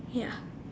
ya